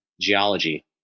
geology